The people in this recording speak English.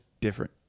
different